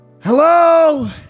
Hello